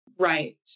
Right